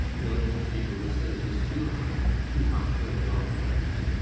no doubt people will say it is too high too high for a dwelling-house.